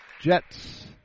Jets